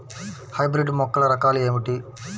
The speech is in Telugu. హైబ్రిడ్ మొక్కల రకాలు ఏమిటి?